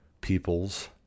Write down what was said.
peoples